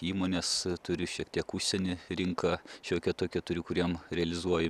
įmonės turiu šiek tiek užsieny rinką šiokią tokią turiu kuriem realizuoju